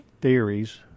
theories